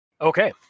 Okay